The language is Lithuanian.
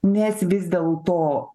nes vis dėlto